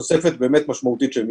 ולכן, יש תוספת באמת משמעותית של מיטות.